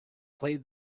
play